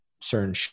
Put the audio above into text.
certain